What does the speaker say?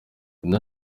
ino